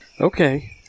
Okay